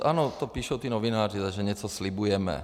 Ano, to píšou ti novináři, že něco slibujeme.